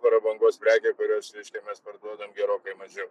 prabangos prekė kurios reiškia mes parduodam gerokai mažiau